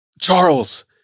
Charles